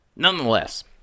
Nonetheless